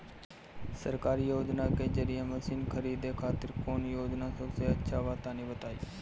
सरकारी योजना के जरिए मशीन खरीदे खातिर कौन योजना सबसे अच्छा बा तनि बताई?